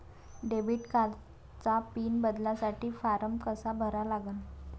Debit कार्डचा PIN बदलासाठी form कसा भरा लागन?